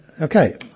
Okay